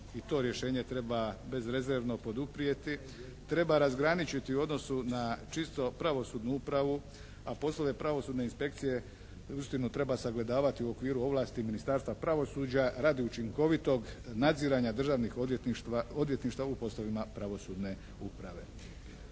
i to rješenje treba bezrezervno poduprijeti. Treba razgraničiti u odnosu na čisto pravosudnu upravu, a poslove pravosudne inspekcije uistinu treba sagledavati u okviru ovlasti Ministarstva pravosuđa radi učinkovitog nadziranja državnih odvjetništva u poslovima pravosudne uprave.